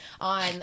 on